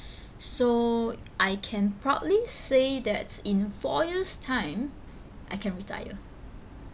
so I can proudly say that in four years time I can retire